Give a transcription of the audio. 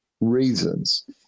reasons